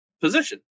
position